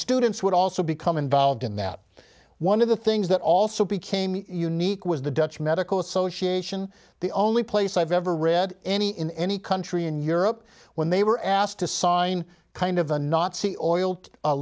students would also become involved in that one of the things that also became unique was the dutch medical association the only place i've ever read any in any country in europe when they were asked to sign kind of a nazi oil a